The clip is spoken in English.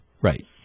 right